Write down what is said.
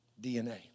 DNA